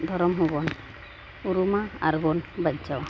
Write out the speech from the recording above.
ᱫᱷᱚᱨᱚᱢ ᱦᱚᱸᱵᱚᱱ ᱩᱨᱩᱢᱟ ᱟᱨᱵᱚᱱ ᱵᱟᱧᱪᱟᱣᱟ